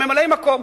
ממלאי-מקום.